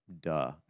duh